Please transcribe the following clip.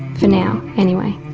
for now anyway.